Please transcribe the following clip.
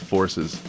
Forces